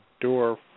door